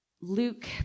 Luke